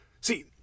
See